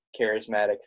charismatic